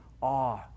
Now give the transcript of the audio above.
awe